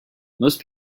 most